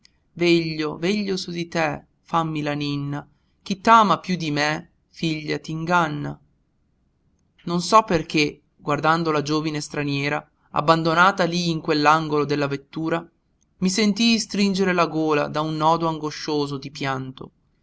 veglio veglio su te fammi la ninna chi t'ama piú di me figlia t'inganna non so perché guardando la giovine straniera abbandonata lí in quell'angolo della vettura mi sentii stringere la gola da un nodo angoscioso di pianto